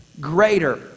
greater